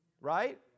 Right